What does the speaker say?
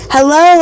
Hello